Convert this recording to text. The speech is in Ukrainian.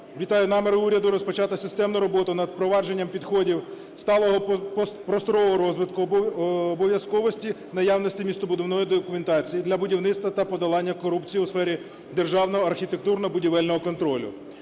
вітаю наміри уряду розпочати системну роботу над впровадженнями підходів сталого просторового розвитку, обов'язковості наявності містобудівної документації для будівництва та подолання корупції у сфері державного архітектурно-будівельного контролю.